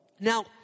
Now